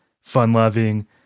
fun-loving